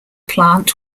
plant